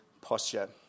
posture